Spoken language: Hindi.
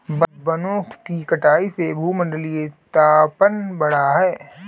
वनों की कटाई से भूमंडलीय तापन बढ़ा है